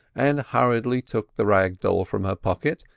and hurriedly took the rag-doll from her pocket,